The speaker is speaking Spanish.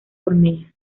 hornea